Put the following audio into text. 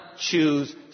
choose